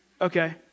Okay